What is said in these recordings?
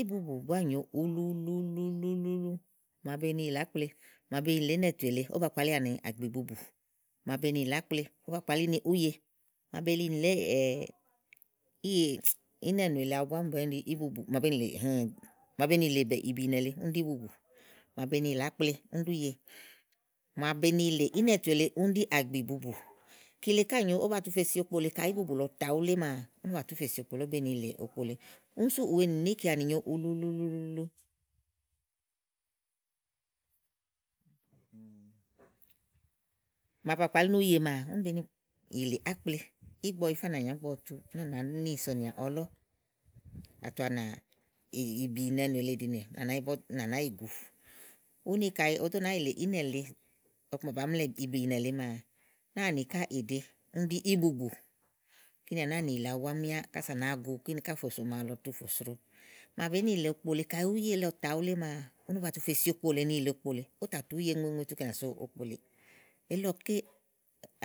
íbùbù búá nyòo ulu ulu ulu ulu ulu ulu ululu màa be ni yìlè ákple, màa be ni yìlè ínɛ̀tù èle ówó ba kpalíà ni àgbì ìbubù. màa be ni yìlè ákple ówó ba kpalíà ni úye màa be màa be ni yìlè ínɛ̀nù èle awu búá ɖi íbùbù màa be ni yìlè ìbììnɛ̀ le úni ɖí íbùbù màa be ni yilè ákple úni ɖí úye màa bèé ni yìlè ínɛ̀tù èle okpo lèe kayi íbùbù lɔ tàa wulé màa úni ówó bà tú fe si okpo lèe ówó bàá ni zèe yìlè okpo lèe. úni sú kìwèenì nì níìkeanì nyòo ulu ululuulu màa bàa kpali ni úye maa úni be ni yìlè ákple ígbɔ ɔwɔ yifá nàanyà ígbɔ ɔwɔ tu úni à màá úni à nàá ni sònìà ɔlɔ̀ àtu anà ìbì ìnɛnù èle ku ɖìinè. úni à nàá ni bɔ̀tu úni à nàá yi gùu. úni kayi òó ɖo nàa yìlè ínɛ̀ lèe ɔku ma bàá mlɛɛ̀ ìbì ìnɛ̀ lèe maa, náàni ká ìɖe úni ɖí íbùbù kínì à nàa nì yìlè awu búá míá kása à nàáa gu kíni ká fò so màaɖu lɔ fò sro. Màa bèé ni yìlè okpo lèe kayi úye lɔ tàa wulé maa úni ba tu fe si okpo lèe ni yìlè okpo lèe, ówò tà tu úye ŋue ni tu kɛ̀nìà so okpo lèeè. elílɔké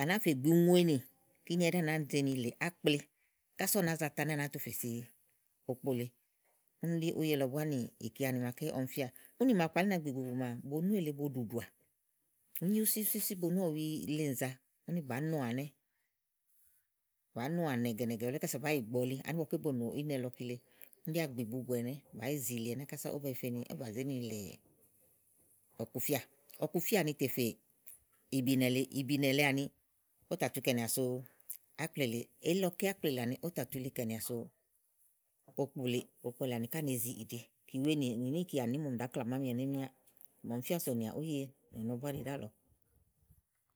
à nàáa fè gbì uŋuenì kíni ɛɖí à nàáa ze ni yìlè ákple kása ú nàa za ta úni a nàáa tu fè si okpolèe úni ɖíúye lɔ búá nìkeanì màa ɔmi fíà úni màa bàa kpalí ni àgbíìbubù máa ubonù èle bo ɖùɖùà ùú nyi wúsíwúsí, ubonúɔ̀wi le nìza úni bàá noà ɛnɛ́, bàá noà nɛ̀gɛ̀nɛ̀gɛ̀ wulé ása bàá yi gbɔ̀ɔli ani ígbɔké bo nò ínɛ lɔ kile úni ɖí àgbí ìbubù ɛnɛ́, bàá yì zìlì ɛnɛ́ kása ówó bà zé fe ni yìlè ɔkufíà ɔkufíà àni tè fè ìbì ìnɛ̀ lee, ìbììnɛ̀ lèe áni ówó tà tu kɛ̀nìà so ákple lèeè elilɔké ákple lèe áni ká ówó tà tu kɛ̀nìà so okpo lèeè. okpo lèe àni ká nèe zi ìɖe. kìwèenì nì níìkeanì úni ɖi màa ɔmi ɖàá klaà ámi ɛnɛ́ míá màa ɔmi fíà sònìà úye nɔ̀nɔ ɔ̀ɖi búá ɖálɔ̀ɔ.